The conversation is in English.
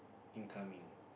incoming